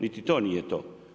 Niti to nije to.